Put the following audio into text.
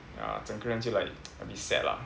uh 整个人就 like a bit sad lah